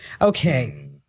Okay